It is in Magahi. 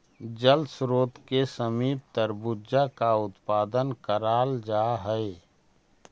जल स्रोत के समीप तरबूजा का उत्पादन कराल जा हई